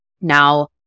now